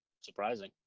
surprising